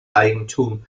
eigentum